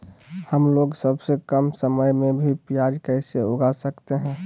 हमलोग सबसे कम समय में भी प्याज कैसे उगा सकते हैं?